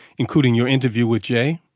including your interview with jay.